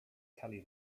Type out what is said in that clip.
kelly